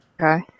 Okay